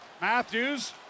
Matthews